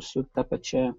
su ta pačia